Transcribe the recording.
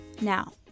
Now